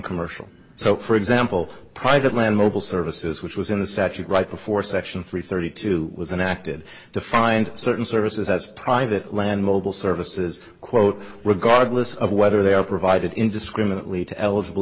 commercial so for example private land mobile services which was in the statute right before section three thirty two was and acted to find certain services as private land mobile services quote regardless of whether they are provided indiscriminately to eligible